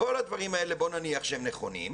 כל הדברים האלה, בואי נניח שהם נכונים,